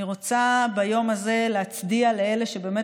אני רוצה ביום הזה להצדיע לאלה שבאמת